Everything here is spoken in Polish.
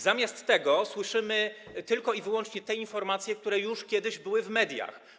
Zamiast tego słyszymy tylko i wyłącznie informacje, które już kiedyś były w mediach.